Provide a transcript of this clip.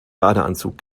badeanzug